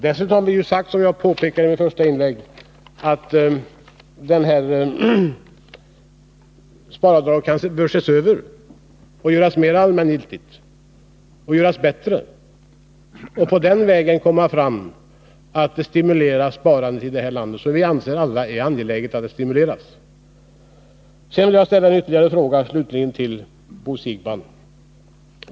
Dessutom har vi sagt, vilket jag påpekade i mitt första inlägg, att sparavdraget bör ses över och göras mer allmängiltigt och bättre, så att man på den vägen kommer fram till en stimulans av sparandet i det här landet, vilket vi alla anser vara angeläget. Slutligen vill jag ställa ytterligare en fråga till Bo Siegbahn.